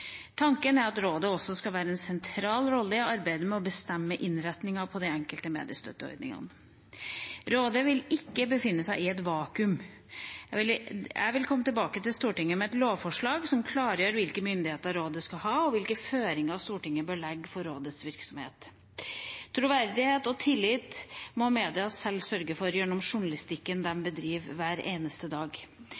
Tanken er at rådet også skal ha en sentral rolle i arbeidet med å bestemme innretningen på de enkelte mediestøtteordningene. Rådet vil ikke befinne seg i et vakuum. Jeg vil komme tilbake til Stortinget med et lovforslag som klargjør hvilken myndighet rådet skal ha, og hvilke føringer Stortinget bør legge for rådets virksomhet. Troverdighet og tillit må media sjøl sørge for gjennom journalistikken